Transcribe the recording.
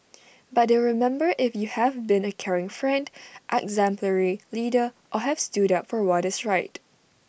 but they'll remember if you have been A caring friend exemplary leader or have stood up for what is right